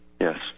Yes